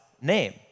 name